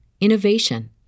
innovation